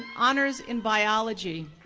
honors in biology,